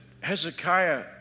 Hezekiah